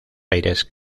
aires